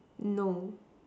no